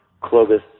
Clovis